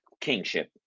kingship